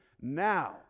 Now